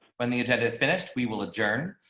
when the agenda is finished, we will adjourn,